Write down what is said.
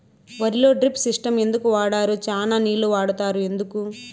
వరిలో drip system ఎందుకు వాడరు? చానా నీళ్లు వాడుతారు ఎందుకు?